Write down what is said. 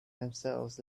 themselves